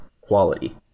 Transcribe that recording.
quality